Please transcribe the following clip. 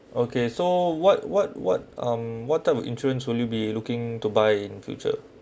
okay so what what what um what type of insurance will you be looking to buy in future